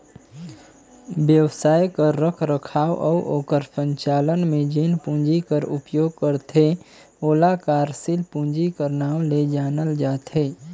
बेवसाय कर रखरखाव अउ ओकर संचालन में जेन पूंजी कर उपयोग करथे ओला कारसील पूंजी कर नांव ले जानल जाथे